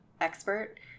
expert